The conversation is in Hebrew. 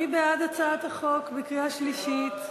מי בעד הצעת החוק בקריאה שלישית?